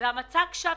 מצג שווא